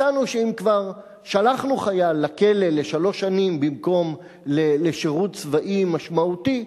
הצענו שאם כבר שלחנו חייל לכלא לשלוש שנים במקום לשירות צבאי משמעותי,